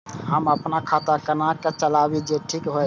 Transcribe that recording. हम अपन खाता केना चलाबी जे ठीक होय?